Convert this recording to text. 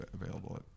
available